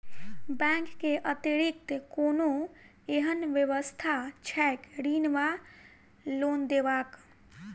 Bank केँ अतिरिक्त कोनो एहन व्यवस्था छैक ऋण वा लोनदेवाक?